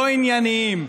לא ענייניים,